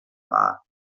war